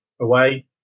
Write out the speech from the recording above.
away